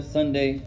Sunday